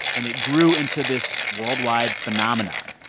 and it grew into this worldwide phenomenon.